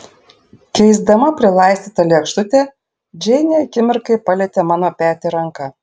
keisdama prilaistytą lėkštutę džeinė akimirkai palietė mano petį ranka